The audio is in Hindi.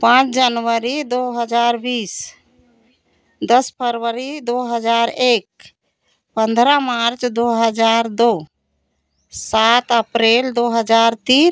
पाँच जनवरी दो हज़ार बीस दस फरवरी दो हज़ार एक पन्द्रह मार्च दो हज़ार दो सात अप्रेल दो हज़ार तीन